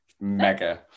mega